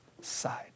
side